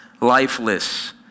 lifeless